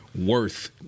worth